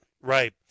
right